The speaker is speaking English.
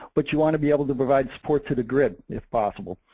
but you wanna be able to provide support to the grid if possible,